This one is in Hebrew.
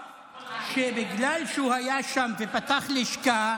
שבגלל שהוא היה שם ופתח לשכה,